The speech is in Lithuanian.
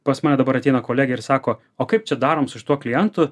pas mane dabar ateina kolegė ir sako o kaip čia darom su šituo klientu